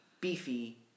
beefy